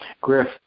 Griff